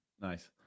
Nice